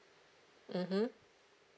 mmhmm